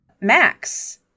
Max